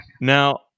Now